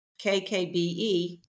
KKBE